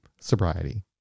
Sobriety